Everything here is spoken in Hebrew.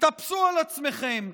תתאפסו על עצמכם,